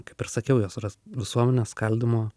kaip ir sakiau jos yra visuomenės skaldymo